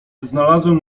znalazłem